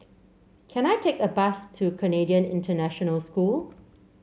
can I take a bus to Canadian International School